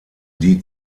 die